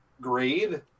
grade